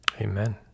Amen